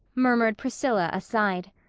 murmured priscilla aside.